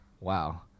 wow